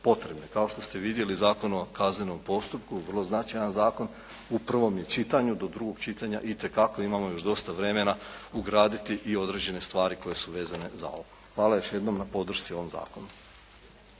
potrebne. Kao što ste vidjeli, Zakon o kaznenom postupku vrlo značajan zakon u prvom je čitanju. Do drugog čitanja itekako imamo još dosta vremena ugraditi i određene stvari koje su vezane za ovo. Hvala još jednom na podršci ovom zakonu.